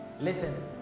listen